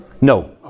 No